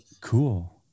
Cool